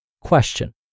Question